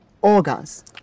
organs